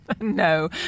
No